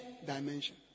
dimension